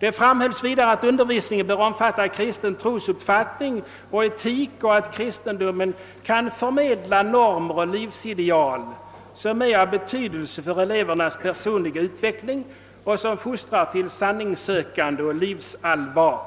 Det framhölls vidare att undervisningen bör omfatta kristen trosuppfattning och etik och att kristendomen kan förmedla normer och livsideal, som är av betydelse för elevernas personliga utveckling och som fostrar till sanningssökande och livsallvar.